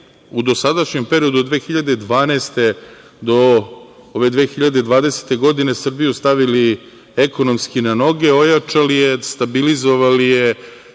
u dosadašnjem periodu od 2012. do 2020. godine, Srbiju stavili ekonomski na noge, ojačali je, stabilizovali je